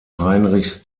heinrichs